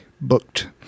booked